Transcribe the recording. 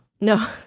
No